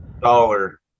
dollar